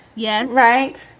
yes. right.